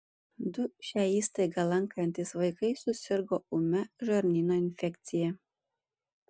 du šią įstaigą lankantys vaikai susirgo ūmia žarnyno infekcija